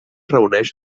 reuneix